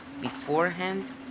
beforehand